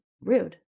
rude